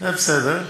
זה בסדר.